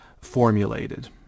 formulated